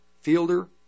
fielder